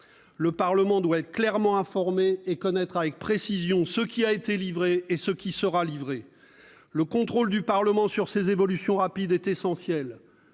Le Parlement doit être clairement informé et connaître avec précision ce qui a été livré et ce qui sera livré. Son contrôle sur ces évolutions rapides est essentiel.